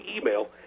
email